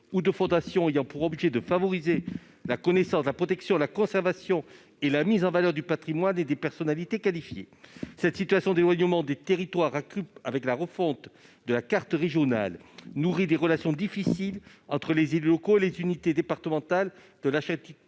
ou de fondations ayant pour objet de favoriser la connaissance, la protection, la conservation et la mise en valeur du patrimoine et des personnalités qualifiées ». Une telle situation d'éloignement des territoires, accrue par la refonte de la carte régionale, est source de difficultés dans les relations entre les élus locaux et les unités départementales de l'architecture